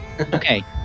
Okay